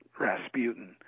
Rasputin